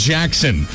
Jackson